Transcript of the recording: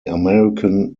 american